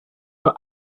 for